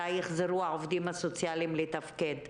מתי יחזרו העובדים הסוציאליים לתפקד,